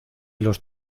los